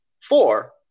four